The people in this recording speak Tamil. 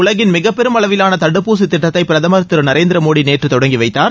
உலகின் மிக்பபெரும் அளவிவான தடுப்பூசி திட்டத்தை பிரதமர் திரு நரேந்திர மோடி நேற்று தொடங்கிவைத்தார்